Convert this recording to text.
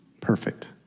Perfect